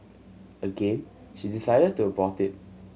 again she decided to abort it